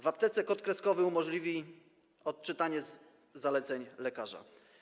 W aptece kod kreskowy umożliwi odczytanie zaleceń lekarza.